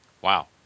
wow